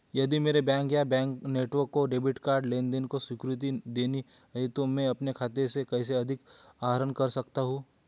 यदि मेरे बैंक या बैंक नेटवर्क को डेबिट कार्ड लेनदेन को स्वीकृति देनी है तो मैं अपने खाते से कैसे अधिक आहरण कर सकता हूँ?